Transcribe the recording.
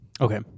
Okay